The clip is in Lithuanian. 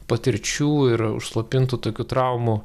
patirčių ir užslopintų tokių traumų